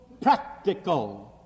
practical